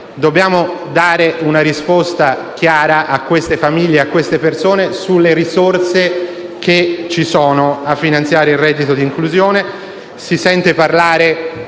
Dobbiamo dare una risposta chiara alle famiglie, alle persone coinvolte, sulle risorse che ci sono a finanziare il reddito di inclusione. Si sente parlare,